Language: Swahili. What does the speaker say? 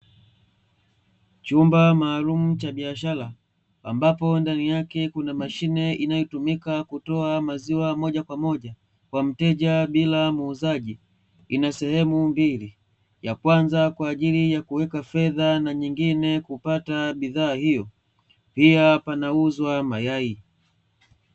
Chumba maalumu cha biashara ambapo, ndani yake kuna mashine inayotumika kutoa maziwa moja kwa moja kwa mteja bila muuzaji. Ina sehemu mbili; ya kwanza kwa ajili ya kuweka fedha, na nyingine kupata bidhaa hiyo. Pia panauzwa mayai.